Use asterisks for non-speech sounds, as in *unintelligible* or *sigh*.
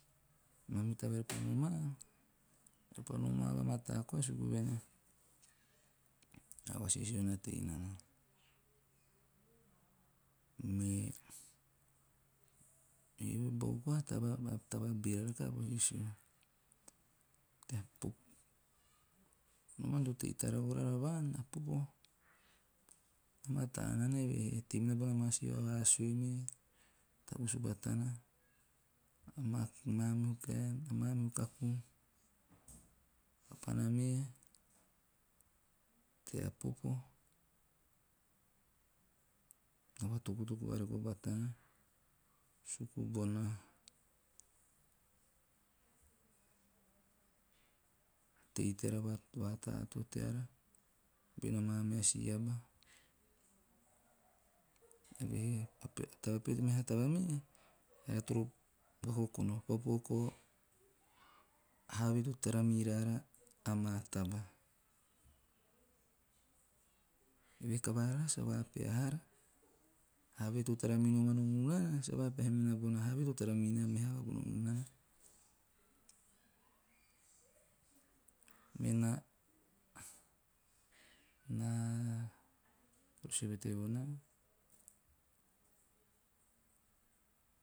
Ean sa ante haa nom tea kavera men tabal a vasisio na tei nana. Me eove bau koa taba beera rakaha a vasisi. Tea popo *unintelligible* nomana to tara vo raara vaan, a popo na mataa nana eve he na tei minana bona maa si vasue me to tavus batana amami kaen, amamihu kaku. Papana me tea popo na vatokutoku vareko batana suku bone tei teara, vata'ato teara mibona maa meha si aba, eve he a taba. *unintelligible* a meha taba mee, eara torovakokona *hesitation* have to tara miraara amaa taba. Eve he a kavara raara sa vapeha haara. Have to tara minoman o muana sa vapeha haara. Have sa vapeha haa minana bana have to tara minona meha aba bono munana. Me na *hesitation* to sue pete vo naa?